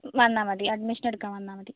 വന്നാൽ മതി അഡ്മിഷൻ എടുക്കാൻ വന്നാൽ മതി